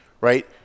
right